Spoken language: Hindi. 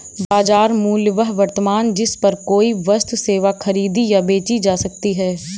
बाजार मूल्य वह वर्तमान जिस पर कोई वस्तु सेवा खरीदी या बेची जा सकती है